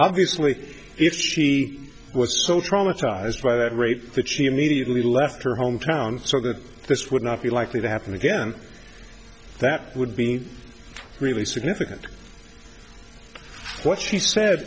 obviously if she was so traumatized by that rape that she immediately left her hometown so that this would not be likely to happen again that would be really significant what she said